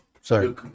sorry